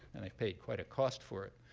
and they've paid quite a cost for it,